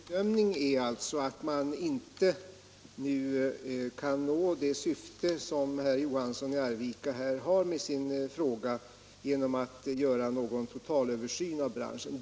Herr talman! Vår bedömning är alltså att man genom att nu göra en totalöversyn av branschen inte kan nå det syfte som herr Johansson i Arvika har med sin fråga.